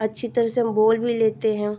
अच्छी तरह से हम बोल भी लेते हैं